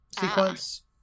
sequence